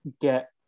get